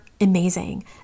amazing